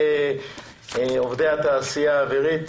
עובדי התעשייה האווירית.